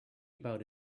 about